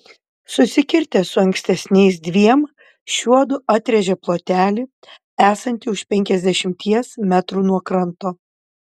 susikirtę su ankstesniais dviem šiuodu atrėžė plotelį esantį už penkiasdešimties metrų nuo kranto